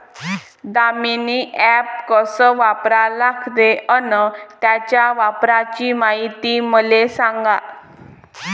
Damini app कस वापरा लागते? अन त्याच्या वापराची मायती मले सांगा